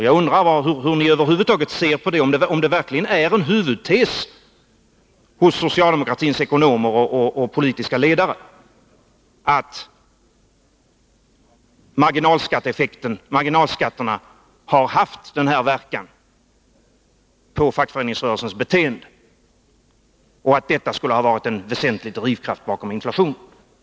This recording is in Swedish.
Jag undrar hur ni över huvud taget ser på det, om det verkligen är en huvudtes hos socialdemokratins ekonomer och politiska ledare att marginalskatteeffekten — marginalskatterna — har haft den här verkan på fackföreningsrörelsens beteende, och att detta skulle ha varit en väsentlig drivkraft bakom inflationen.